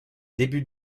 début